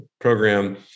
program